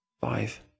five